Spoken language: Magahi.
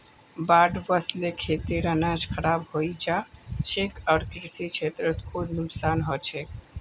बाढ़ वस ल खेतेर अनाज खराब हई जा छेक आर कृषि क्षेत्रत खूब नुकसान ह छेक